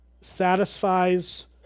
satisfies